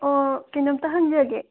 ꯑꯣ ꯀꯔꯤꯅꯣꯝꯇ ꯍꯪꯖꯒꯦ